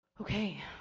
Okay